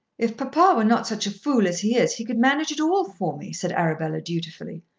if papa were not such a fool as he is, he could manage it all for me, said arabella dutifully.